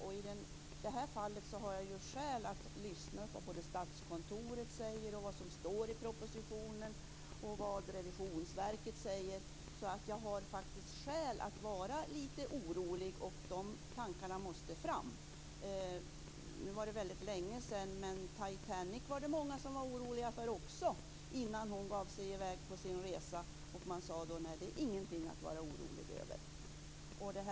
Men i det här fallet har jag skäl att lyssna på vad Statskontoret säger och att se till vad som står i propositionen liksom att lyssna till vad Riksrevisionsverket säger. Jag har alltså faktiskt skäl att vara lite orolig, och de tankarna måste fram. I och för sig är det väldigt länge sedan men det var många som var oroliga för Titanic innan hon gav sig i väg på sin resa. Men man sade då att det inte fanns skäl att vara orolig.